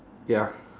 ya